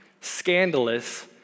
scandalous